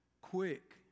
quick